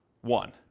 one